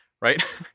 right